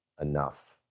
enough